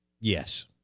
Yes